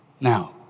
Now